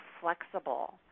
flexible